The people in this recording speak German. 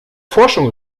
forschung